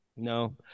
No